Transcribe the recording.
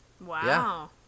Wow